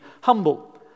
humble